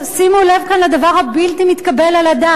שימו לב לדבר הבלתי-מתקבל על הדעת,